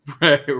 Right